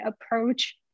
approach